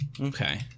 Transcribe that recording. Okay